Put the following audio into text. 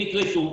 הם יקרסו.